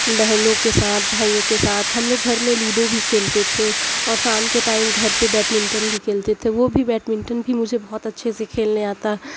بہنوں کے ساتھ بھائیوں کے ساتھ ہم لوگ گھر میں لوڈو بھی کھیلتے تھے اور شام کے ٹائم گھر پہ بیٹمنٹن بھی کھیلتے تھے وہ بھی بیٹمنٹن بھی مجھے بہت اچھے سے کھیلنے آتا